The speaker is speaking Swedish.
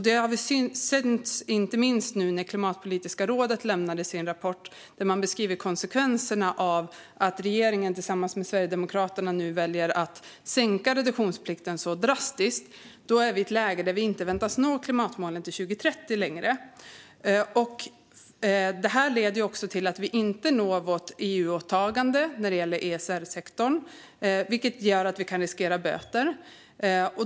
Det såg vi inte minst när Klimatpolitiska rådet lämnade sin rapport, där man beskriver konsekvenserna av att regeringen tillsammans med Sverigedemokraterna nu väljer att drastiskt sänka reduktionsplikten. Då är vi i ett läge där vi inte längre väntas nå klimatmålen till 2030. Det leder också till att vi inte når vårt EU-åtagande för ECR-sektorn. Det gör att vi kan riskera böter.